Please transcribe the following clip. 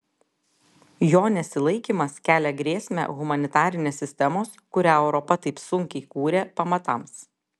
jo nesilaikymas kelia grėsmę humanitarinės sistemos kurią europa taip sunkiai kūrė pamatams